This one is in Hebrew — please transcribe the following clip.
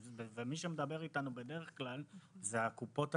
ומי שמדבר איתנו בדרך כלל זה הקופות עצמן.